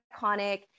iconic